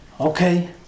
Okay